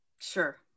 Sure